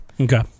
okay